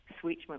switch